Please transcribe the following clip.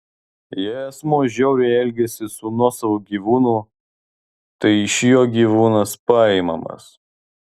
jei asmuo žiauriai elgiasi su nuosavu gyvūnu tai iš jo gyvūnas paimamas